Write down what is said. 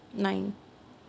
nine